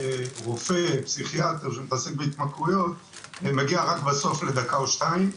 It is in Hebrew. רופא פסיכיאטר שמתעסק בהתמכרויות מגיע רק בסוף לדקה או שתיים.